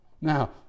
now